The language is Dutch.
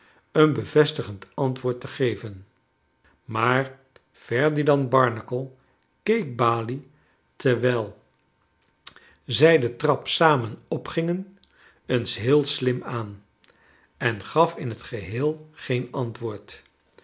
een bevestigend antwoord te geven maar ferdinand barnacle keek balie terwijl zij de'trap samen opgingen eens heel slim aan en gaf in t geheel geen antwoord